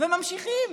והם ממשיכים,